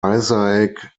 isaac